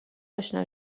اشنا